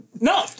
No